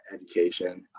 education